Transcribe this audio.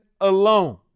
alone